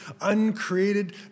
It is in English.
uncreated